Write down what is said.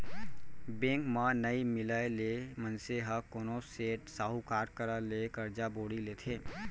bank म नइ मिलय ले मनसे ह कोनो सेठ, साहूकार करा ले करजा बोड़ी लेथे